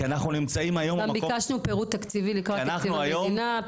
כי אנחנו נמצאים היום --- גם ביקשנו פירוט תקציבי לקראת תקציב המדינה.